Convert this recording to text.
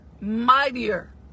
mightier